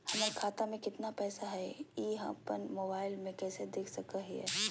हमर खाता में केतना पैसा हई, ई अपन मोबाईल में कैसे देख सके हियई?